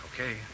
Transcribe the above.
Okay